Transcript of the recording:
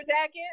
jacket